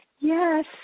Yes